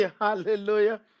hallelujah